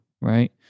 right